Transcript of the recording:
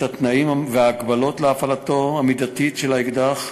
התנאים והמגבלות להפעלה מידתית של האקדח.